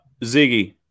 Ziggy